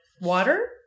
Water